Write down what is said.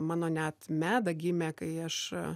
mano net meda gimė kai aš